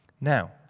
Now